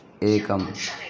एकम्